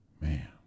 Man